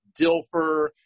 Dilfer